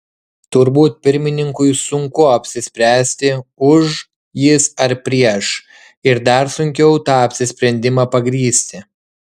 turbūt pirmininkui sunku apsispręsti už jis ar prieš ir dar sunkiau tą apsisprendimą pagrįsti